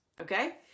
okay